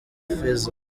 feza